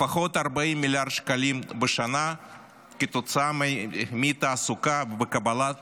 לפחות 40 מיליארד שקלים בשנה כתוצאה מאי-תעסוקה וקבלת